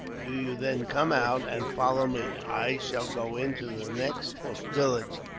do you then come out, and follow me. i shall go into the next village,